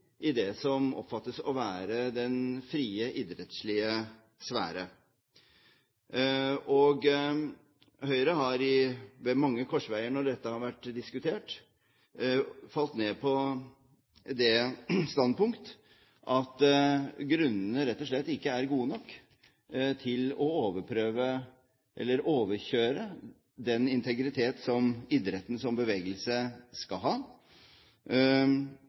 det som oppfattes å være den frie idrettslige sfære. Høyre har ved mange korsveier når dette har vært diskutert, falt ned på det standpunkt at grunnene rett og slett ikke er gode nok til å overkjøre den integritet som idretten som bevegelse skal ha.